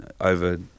over